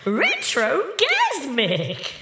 retrogasmic